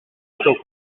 sont